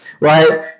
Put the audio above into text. right